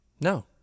No